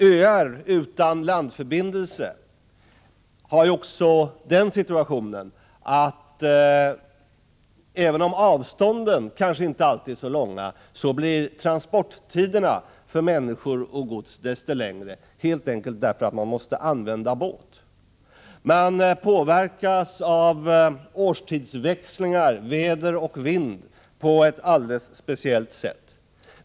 Öar utan landförbindelse har den situationen att även om avstånden kanske inte är så stora, blir transporttiderna för människor och gods desto längre, helt enkelt därför att man måste använda båt. Man påverkas av årstidsväxlingar och av väder och vind på ett alldeles speciellt sätt.